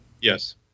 Yes